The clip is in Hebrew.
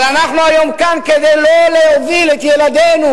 אבל אנחנו היום כאן כדי לא להוביל את ילדינו